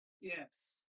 Yes